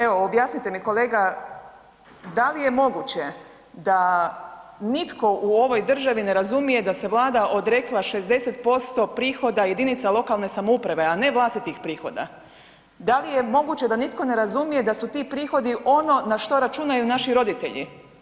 Evo, objasnite mi kolega da li je moguće da nitko u ovoj državi ne razumije da se Vlada odrekla 60% prihoda jedinica lokalne samouprave, a ne vlastitih prihoda, da li je moguće da su ti prihodi ono na što računaju naši roditelji?